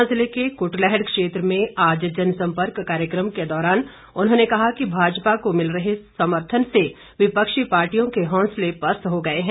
ऊना जिले के कुटलैहड़ क्षेत्र में आज जनसम्पर्क कार्यक्रम के दौरान उन्होंने कहा कि भाजपा को मिल रहे समर्थन से विपक्षी पार्टियों के हौंसले पस्त हो गए हैं